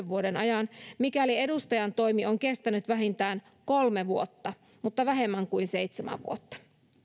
vuoden ajan mikäli edustajantoimi on kestänyt vähintään kolme vuotta mutta vähemmän kuin seitsemän vuotta